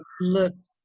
looks